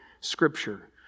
Scripture